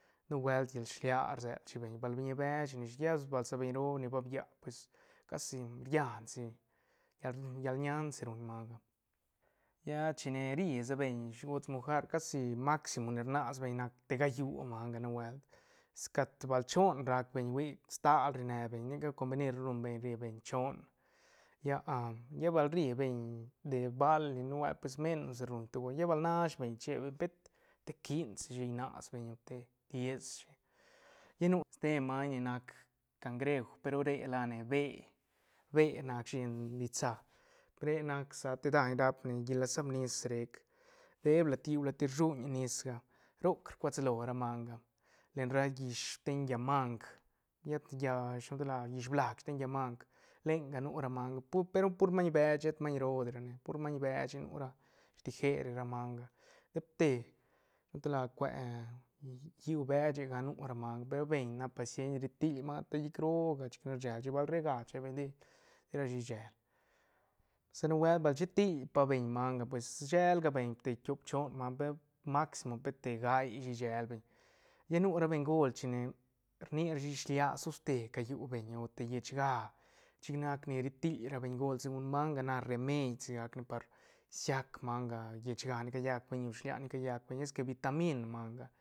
Nubuelt llal shilia rsel shi beñ bal biñi bech ne ish lla bal sa beñ roo ni ba bia pues casi rian si llal- llal ñan si ruñ manga lla chine ri sa beñ gots mojar casi maximo ni rnas beñ nac te gallu manga nubuelt si ca bal choon rca beñ hui stal rine beñ ni ca combenir rum beñ si beñ choon lla ah lla bal ri beñ de bali nubuelt pues menos ruñ toc lla bal nash beñ che beñ pet te quinshi rnas beñ te diez shi lla nu ste maiñ ni nac cangreuj pe ru re la ne be- be nac shi en ditsa re nac sa te daiñ rapne llí la sman nis rec dep lat lliú lat ni rsuñ nis ga roc rcuaslo ra manga len ras llish sten llaä mang llet llaä shilo gan tal la llisblaj steñ mang lenga nu ra manga pu pe ru pur maiñ beche shet maiñ roo di ra ne pur maiñ beche nu ra stijer ra manga depte shilo gan tal la cue lliú bechega nu ra manga pe ru beñ nac paciens ri til manga ta llic rooga chic ru rselshi bal re ga chebeñ ti rashi rsel sa nubuelt ba chitil pa beñ manga pues shel gal beñ te tiop choon manga per maximo pet gaishi shel beñ lla nu ra bengol chine rni rashi chine shilia toste cayu beñ o te llechga chic nac ni ri til ra beñgol segun manga nac remei sigac ne par shiac manga llechga ni callac beñ o shilia ni callac beñ es que vitamin manga.